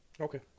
Okay